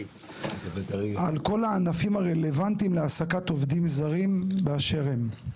על כל הענפים הרלוונטיים להעסקת עובדים זרים באשר הם.